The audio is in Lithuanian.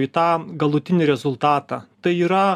į tą galutinį rezultatą tai yra